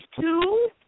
two